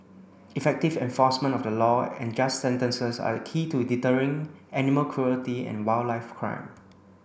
effective enforcement of the law and just sentences are key to deterring animal cruelty and wildlife crime